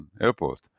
Airport